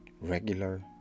regular